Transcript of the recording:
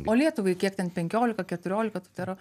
o lietuvai kiek ten penkiolika keturiolika tų tera